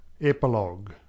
epilogue